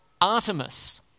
Artemis